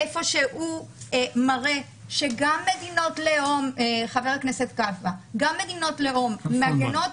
הוא מראה שגם מדינות לאום חבר הכנסת כלפון גם מדינות לאום מגינות